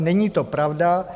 Není to pravda.